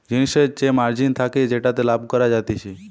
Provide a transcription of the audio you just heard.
জিনিসের যে মার্জিন থাকে যেটাতে লাভ করা যাতিছে